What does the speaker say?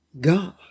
God